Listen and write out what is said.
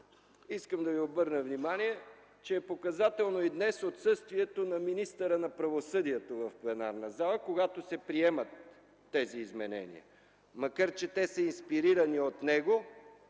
Искам да ви обърна внимание, че е показателно и днес отсъствието на министъра на правосъдието в пленарната зала, когато се приемат тези изменения. Макар че те са инспирирани от него